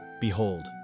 Behold